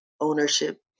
ownership